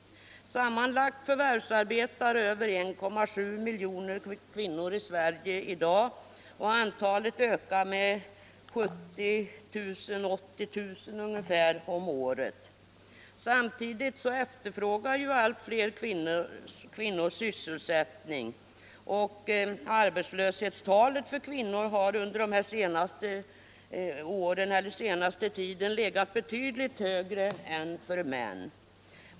Sammanlagt förvärvsarbetar över 1,7 miljoner kvinnor i Sverige i dag, och antalet ökar med 70 000-80 000 om året. Samtidigt efterfrågar allt fier kvinnor sysselsättning. Arbetslöshetstalet för kvinnor har under den senaste tiden legat betydligt högre än för män.